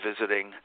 visiting